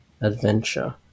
adventure